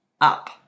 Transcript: up